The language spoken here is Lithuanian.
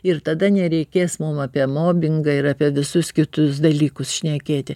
ir tada nereikės mum apie mobingą ir apie visus kitus dalykus šnekėti